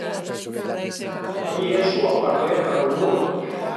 A riesu a parlé tra lur